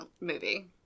movie